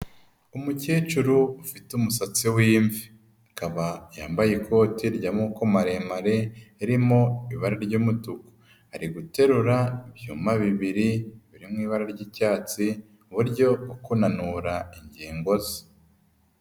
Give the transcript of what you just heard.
Umukecuru ufite umusatsi w'imvi, akaba yambaye ikote ry'amoboko maremare ririmo ibara ry'umutuku. Ari guterura ibyuma bibiri biri mu ibara ry'icyatsi mu buryo bwo kunanura ingingo ze.